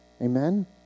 Amen